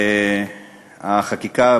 החקיקה,